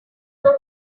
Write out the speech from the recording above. took